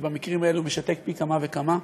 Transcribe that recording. ובמקרים האלה הוא משתק פי כמה וכמה,